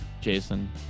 Jason